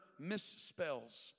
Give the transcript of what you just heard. misspells